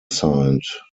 signed